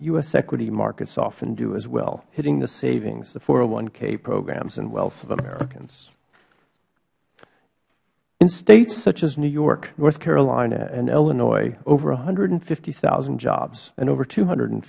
s equity markets often do as well hitting the savings the k programs and wealth of americans in states such as new york north carolina and illinois over one hundred and fifty thousand jobs and over two hundred and